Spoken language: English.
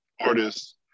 artists